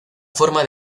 forma